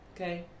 okay